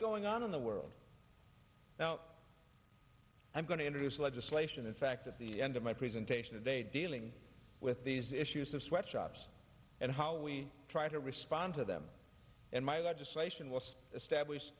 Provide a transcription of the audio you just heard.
going on in the world now i'm going to introduce legislation in fact at the end of my presentation today dealing with these issues of sweatshops and how we try to respond to them and my legislation was established